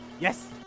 Yes